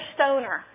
Stoner